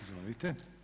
Izvolite.